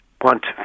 want